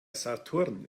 saturn